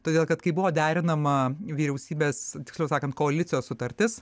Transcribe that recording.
todėl kad kai buvo derinama vyriausybės tiksliau sakant koalicijos sutartis